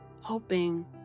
hoping